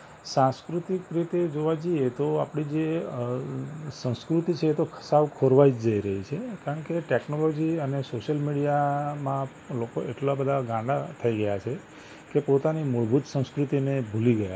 સાંસ્કૃતિક રીતે જોવા જઈએ તો આપણી જે સંસ્કૃતિ છે એ તો સાવ ખોરવાઇ જ જઈ રહી છે કારણ કે ટૅકનોલોજી અને સોશિયલ મીડિયામાં લોકો એટલાં બધા ગાંડા થઇ ગયા છે કે પોતાની મૂળભૂત સંસ્કૃતિને ભૂલી ગયા છે